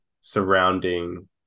surrounding